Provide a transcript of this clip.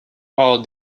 all